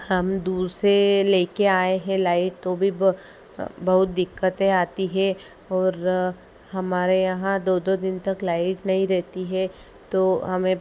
हम दूर से ले कर आए हैं लाइट तो भी ब बहुत दिक्कतें आती हैं और हमारे यहाँ दो दो दिन तक लाइट नहीं रहती है तो हमें